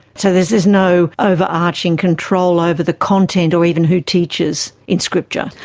so there's there's no overarching control over the content, or even who teaches in scripture.